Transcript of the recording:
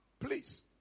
Please